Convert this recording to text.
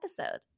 episode